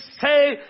say